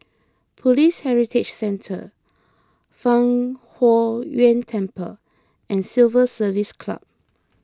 Police Heritage Centre Fang Huo Yuan Temple and Civil Service Club